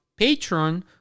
Patreon